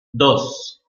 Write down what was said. dos